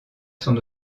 son